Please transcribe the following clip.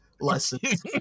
lessons